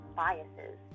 biases